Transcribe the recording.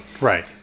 Right